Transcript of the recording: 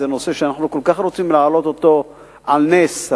וזה נושא שאנחנו כל כך רוצים להעלות אותו על נס,